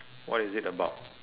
what is it about